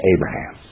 Abraham